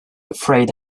afraid